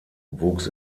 wuchs